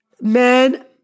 men